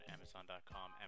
Amazon.com